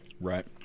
right